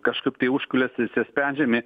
kažkaip tai užkulisiuose sprendžiami